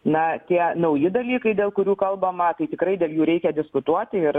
na tie nauji dalykai dėl kurių kalbama tai tikrai dėl jų reikia diskutuoti ir